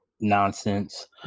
nonsense